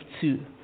two